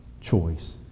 choice